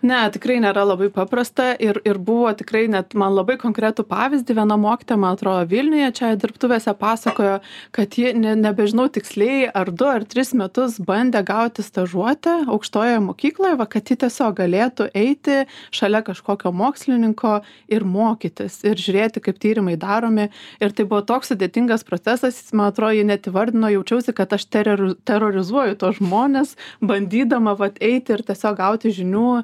ne tikrai nėra labai paprasta ir ir buvo tikrai net man labai konkretų pavyzdį viena mokytoja man atrodo vilniuje čia dirbtuvėse pasakojo kad ji nė nebežinau tiksliai ar du ar tris metus bandė gauti stažuotę aukštojoje mokykloje va kad ji tiesiog galėtų eiti šalia kažkokio mokslininko ir mokytis ir žiūrėti kaip tyrimai daromi ir tai buvo toks sudėtingas procesas jis man atrodė ji net įvardino jaučiausi kad aš terori terorizuoju tuos žmones bandydama vat eiti ir tiesiog gauti žinių